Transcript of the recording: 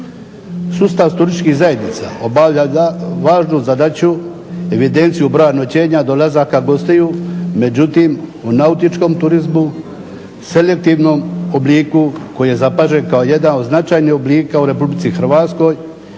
Sustav turističkih zajednica obavlja važnu zadaću, evidenciju broja noćenja, dolazaka gostiju, međutim u nautičkom turizmu selektivnom obliku koji je zapažen kao jedan od značajnih oblika u RH i koji